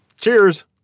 Cheers